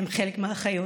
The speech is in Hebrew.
עם חלק מהאחיות,